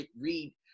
read